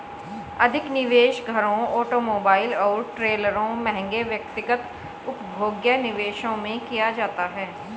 अधिक निवेश घरों ऑटोमोबाइल और ट्रेलरों महंगे व्यक्तिगत उपभोग्य निवेशों में किया जाता है